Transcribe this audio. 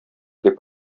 дип